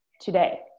today